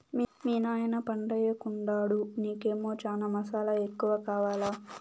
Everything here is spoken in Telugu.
మీ నాయన పంటయ్యెకుండాడు నీకేమో చనా మసాలా ఎక్కువ కావాలా